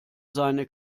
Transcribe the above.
seine